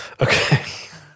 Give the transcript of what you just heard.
okay